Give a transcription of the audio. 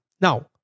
Now